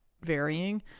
varying